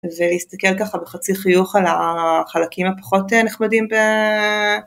אז להסתכל ככה בחצי חיוך על החלקים הפחות נחמדים ב...